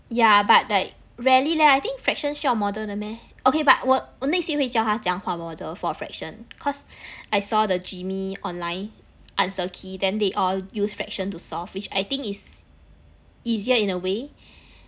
yeah but they rarely leh I think fraction 需要 model 的 meh okay but 我 next week 会教他怎样画 model for fraction cause I saw the jimmy online answered key then they all use fraction to solve which I think is easier in a way